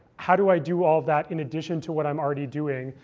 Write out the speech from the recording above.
how do i do all of that in addition to what i'm already doing?